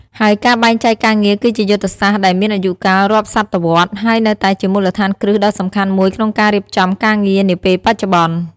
ហើយការបែងចែកការងារគឺជាយុទ្ធសាស្ត្រដែលមានអាយុកាលរាប់សតវត្សរ៍ ហើយនៅតែជាមូលដ្ឋានគ្រឹះដ៏សំខាន់មួយក្នុងការរៀបចំការងារនាពេលបច្ចុប្បន្ន។